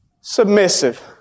submissive